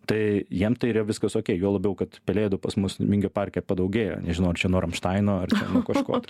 tai jiem tai yra viskas okei juo labiau kad pelėdų pas mus vingio parke padaugėjo nežinau ar čia nuo ramštaino ar nuo kažko